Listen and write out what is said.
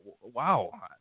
wow